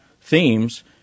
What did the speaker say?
themes